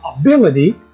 ability